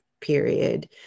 period